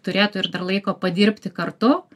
turėtų ir dar laiko padirbti kartu